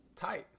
Tight